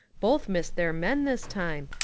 both missed their men this time,